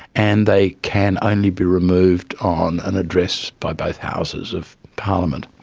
and they can only be removed on an address by both houses of parliament.